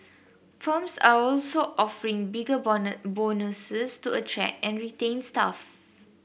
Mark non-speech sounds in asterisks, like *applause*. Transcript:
firms are also offering bigger *unintelligible* bonuses to attract and retain staff